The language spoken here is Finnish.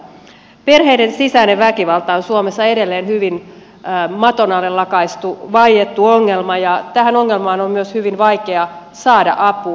perheiden sisäinen väkivalta on suomessa edelleen hyvin maton alle lakaistu vaiettu ongelma ja tähän ongelmaan on myös hyvin vaikea saada apua